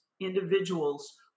individuals